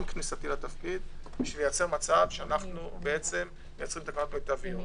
כניסתי לתפקיד שאנו מייצרים תקנות מיטביות.